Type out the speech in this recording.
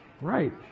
Right